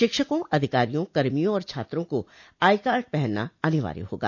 शिक्षकों अधिकारियों कर्मियों और छात्रों को आईकार्ड पहनना अनिवार्य होगा